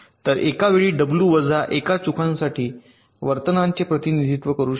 तर एका वेळी मी डब्ल्यू वजा 1 चुकांसाठी वर्तनाचे प्रतिनिधित्व करू शकतो